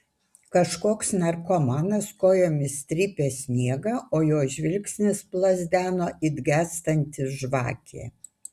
kažkoks narkomanas kojomis trypė sniegą o jo žvilgsnis plazdeno it gęstanti žvakė